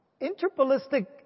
interballistic